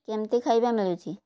କେମିତି ଖାଇବା ମିଳୁଛି